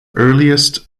earliest